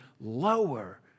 lower